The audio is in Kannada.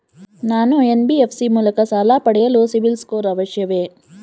ನಾನು ಎನ್.ಬಿ.ಎಫ್.ಸಿ ಮೂಲಕ ಸಾಲ ಪಡೆಯಲು ಸಿಬಿಲ್ ಸ್ಕೋರ್ ಅವಶ್ಯವೇ?